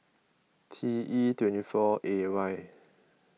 T E twenty four A Y